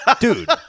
dude